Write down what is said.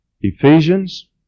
Ephesians